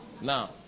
Now